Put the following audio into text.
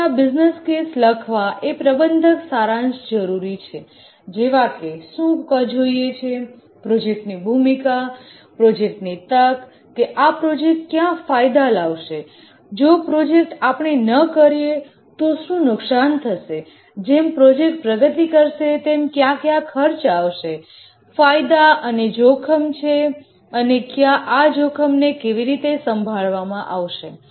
અહીંયા business case લખવા માટે પ્રબંધક સારાંશ જરૂરી છે જેવા કે શું જોઈએ છે પ્રોજેક્ટનું બેકગ્રાઉન્ડ બિઝનેસની ઓપ્પોર્ટુનિટી કે આ પ્રોજેક્ટ ક્યા ફાયદા લાવશે જો પ્રોજેક્ટ આપણે ન કરીએ તું શું નુકસાન થશે જેમ પ્રોજેક્ટ પ્રગતિ કરશે તેમ ક્યા ક્યા કોસ્ટ આવશે બેનીફીટ અને ક્યાં રિસ્ક છે અને આ રિસ્કને કેવી રીતે સાંભળવામાં આવશે